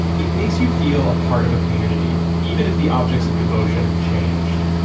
it makes you feel a part of a community, even if the objects of devotion have changed.